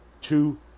two